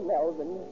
Melvin